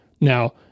now